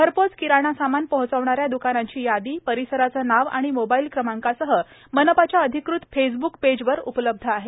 घरपोच किराणा सामान पोहचविणाऱ्या द्कानांची यादी परिसराचे नाव आणि मोबाईल क्रमांकासह मनपाच्या अधिकृत फेसब्क पेजवर उपलब्ध आहे